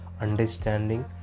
understanding